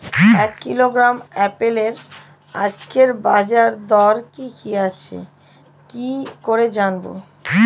এক কিলোগ্রাম আপেলের আজকের বাজার দর কি কি আছে কি করে জানবো?